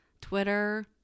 Twitter